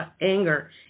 anger